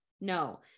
No